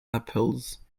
apples